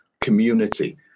community